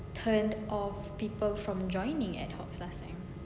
turn off people from joining ad hoc last time